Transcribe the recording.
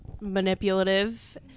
Manipulative